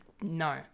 no